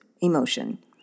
emotion